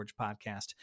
podcast